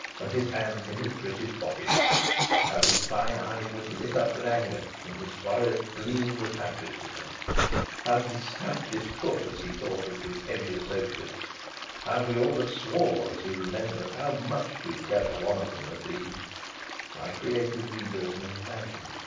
and his hands in his breeches pockets how his fine eye was lit up with anger, and his forehead gleamed with patriotism how he stamped his foot as he thought of his heavy associates how he all but swore as he remembered how much too clever one of them had been my creative readers may imagine.